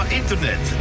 internet